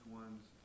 one's